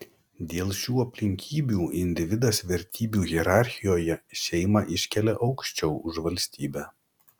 dėl šių aplinkybių individas vertybių hierarchijoje šeimą iškelia aukščiau už valstybę